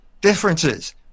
differences